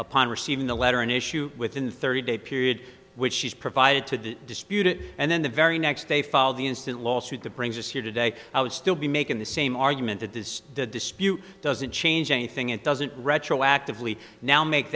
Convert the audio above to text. upon receiving the letter an issue within the thirty day period which is provided to dispute it and then the very next day fall the instant lawsuit that brings us here today i would still be making the same argument that this dispute doesn't change anything it doesn't retroactively now make